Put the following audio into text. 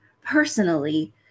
personally